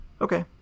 Okay